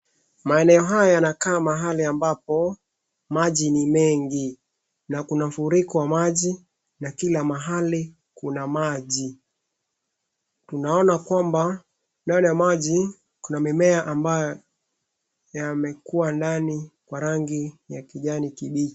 Maeneo haya yanakaa mahali ambapo maji ni mengi na kuna mfuriko wa maji na kila mahali kuna maji. Tunaona kwamba ndani ya maji kuna mimea ambayo yamekuwa ndani kwa rangi ya kijani kimbichi.